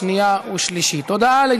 23 תומכים,